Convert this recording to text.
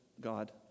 God